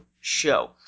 show